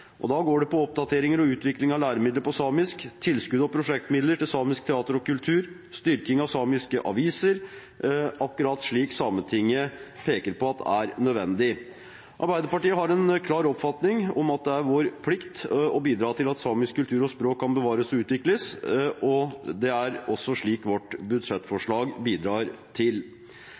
går på oppdateringer og utvikling av læremidler på samisk, tilskudd og prosjektmidler til samisk teater og kultur, styrking av samiske aviser – akkurat slik Sametinget peker på er nødvendig. Arbeiderpartiet har en klar oppfatning om at det er vår plikt å bidra til at samisk kultur og språk kan bevares og utvikles, og det er også det vårt budsjettforslag bidrar til.